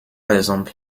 exemple